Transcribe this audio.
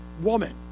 woman